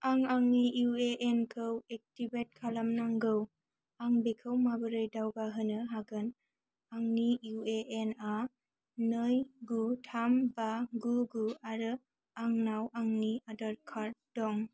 आं आंनि इउएएनखौ एक्टिभेट खालामनांगौ आं बेखौ माबोरै दावगाहोनो हागोन आंनि इउएएनआ नै गु थाम बा गु गु आरो आंनाव आंनि आधार कार्ड दं